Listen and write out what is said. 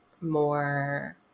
more